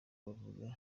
bavuga